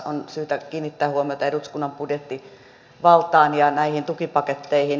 on syytä kiinnittää huomiota eduskunnan budjettivaltaan ja näihin tukipaketteihin